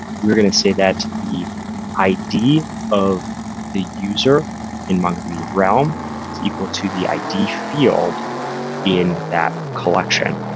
we're going to say that the id of the user in mongodb realm, it's equal to the id field in that collection.